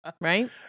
Right